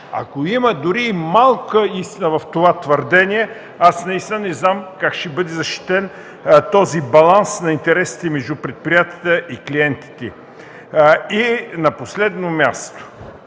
Ако има дори и малко истина в това твърдение, аз наистина не знам как ще бъде защитен този баланс на интересите между предприятията и клиентите. И на последно място,